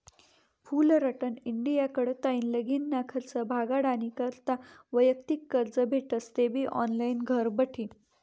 Fullerton India कडताईन लगीनना खर्च भागाडानी करता वैयक्तिक कर्ज भेटस तेबी ऑनलाईन घरबठी